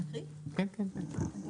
נכד או נכדה,